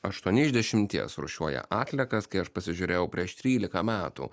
aštuoni iš dešimties rūšiuoja atliekas kai aš pasižiūrėjau prieš trylika metų